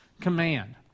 command